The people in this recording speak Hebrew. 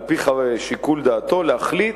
על פי שיקול דעתו, להחליט,